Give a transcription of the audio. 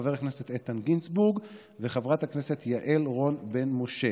חבר הכנסת איתן גינזבורג וחברת הכנסת יעל רון בן משה,